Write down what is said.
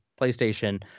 PlayStation